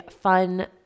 fun